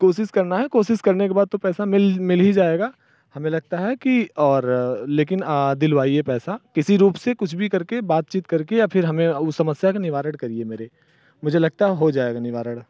कोशिश करना है कोशिश करने के बाद तो पैसा मिल मिल ही जाएगा हमें लगता है कि और लेकिन दिलवाई है पैसा किसी रूप से कुछ भी कर के बातचीत कर के या फिर हमें उस समस्या के निवारण करिए मेरे मुझे लगता हो जाएगा निवारण